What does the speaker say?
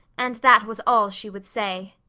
and that was all she would say.